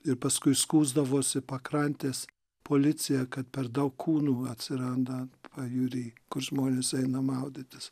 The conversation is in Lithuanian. ir paskui skųsdavosi pakrantės policija kad per daug kūnų atsiranda pajūry kur žmonės eina maudytis